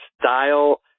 style